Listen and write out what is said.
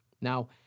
now